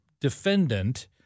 defendant